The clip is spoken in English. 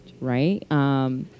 right